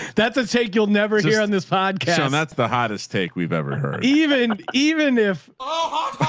that's a take. you'll never hear on this podcast. and that's the hottest take we've ever heard. even, even if, ah